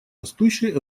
растущей